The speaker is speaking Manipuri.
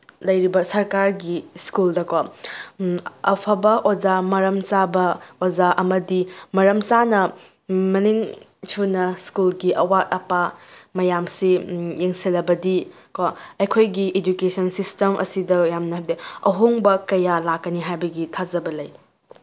ꯂꯩꯔꯤꯕ ꯁꯔꯀꯥꯔꯒꯤ ꯁ꯭ꯀꯨꯜꯗꯀꯣ ꯑꯐꯕ ꯑꯣꯖꯥ ꯃꯔꯝ ꯆꯥꯕ ꯑꯣꯖꯥ ꯑꯃꯗꯤ ꯃꯔꯝ ꯆꯥꯅ ꯃꯅꯤꯡ ꯁꯨꯅ ꯁ꯭ꯀꯨꯜꯒꯤ ꯑꯋꯥꯠ ꯑꯄꯥ ꯃꯌꯥꯝꯁꯤ ꯌꯦꯡꯁꯤꯜꯂꯕꯗꯤꯀꯣ ꯑꯩꯈꯣꯏꯒꯤ ꯏꯗꯨꯀꯦꯁꯟ ꯁꯤꯁꯇꯦꯝ ꯑꯁꯤꯗ ꯌꯥꯝꯅ ꯍꯥꯏꯕꯗꯤ ꯑꯍꯣꯡꯕ ꯀꯌꯥ ꯂꯥꯛꯀꯅꯤ ꯍꯥꯏꯕꯒꯤ ꯊꯥꯖꯕ ꯂꯩ